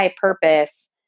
purpose